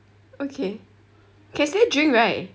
okay can still drink right